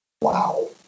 Wow